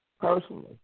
personally